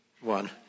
one